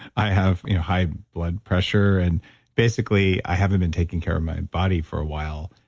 i have high blood pressure. and basically, i haven't been taking care of my body for a while.